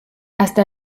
hasta